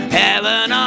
heaven